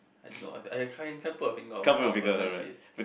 I don't know I I can't put my finger on what kind of person she is